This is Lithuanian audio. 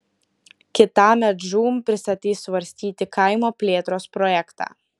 kitąmet žūm pristatys svarstyti kaimo plėtros projektą